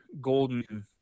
golden